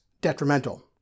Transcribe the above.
detrimental